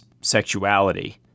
sexuality